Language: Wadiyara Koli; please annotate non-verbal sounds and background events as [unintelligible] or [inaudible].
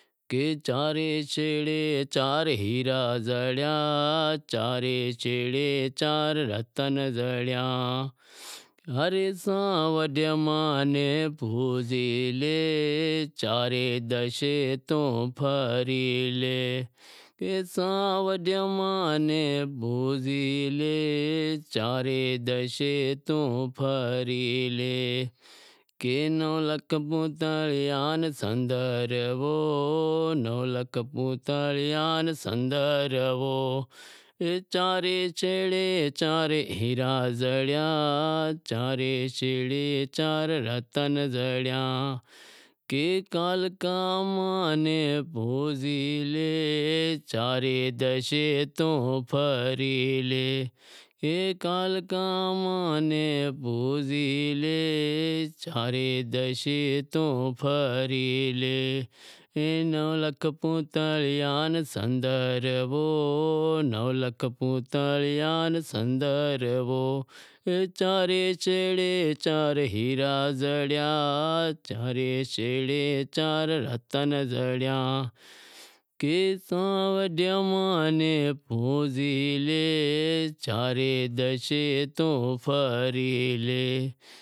[unintelligible]